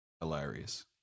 hilarious